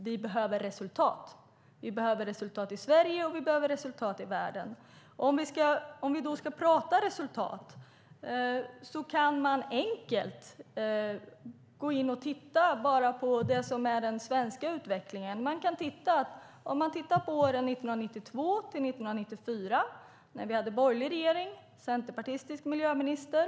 Vi behöver resultat i Sverige och i världen. Om vi ska tala om resultat kan man enkelt gå in och titta på enbart den svenska utvecklingen. Man kan titta på åren 1992-1994, när vi hade borgerlig regering och en centerpartistisk miljöminister.